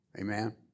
Amen